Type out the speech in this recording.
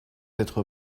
être